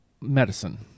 medicine